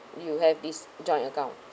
you have this joint account